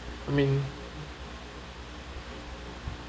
I mean